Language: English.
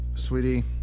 Sweetie